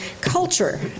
culture